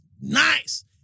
nice